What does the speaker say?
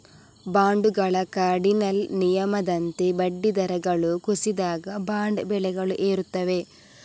ಬಾಂಡುಗಳ ಕಾರ್ಡಿನಲ್ ನಿಯಮದಂತೆ ಬಡ್ಡಿ ದರಗಳು ಕುಸಿದಾಗ, ಬಾಂಡ್ ಬೆಲೆಗಳು ಏರುತ್ತವೆ